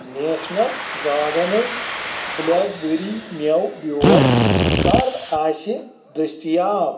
National gardens blackberry مٮ۪وٕ بیٛول کر آسہِ دٔستِیاب؟